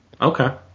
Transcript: Okay